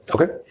Okay